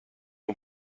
ton